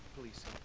please